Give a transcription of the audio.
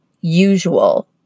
usual